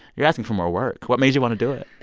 you're asking for more work. what made you want to do it?